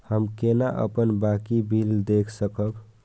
हम केना अपन बाँकी बिल देख सकब?